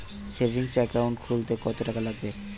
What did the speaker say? Savings account খুলতে কতটাকা লাগবে?